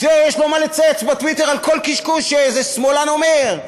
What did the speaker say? יש לו מה לצייץ בטוויטר על כל קשקוש שאיזה שמאלן אומר,